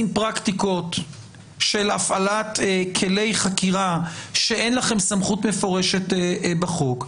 פרקטיקות של הפעלת כלי חקירה שאין לכם סמכות מפורשת בחוק.